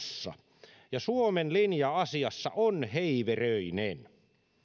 syvässä suossa ja suomen linja asiassa on heiveröinen